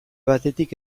batetik